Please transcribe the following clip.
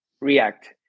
react